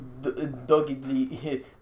doggedly